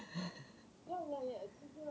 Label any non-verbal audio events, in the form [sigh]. [laughs]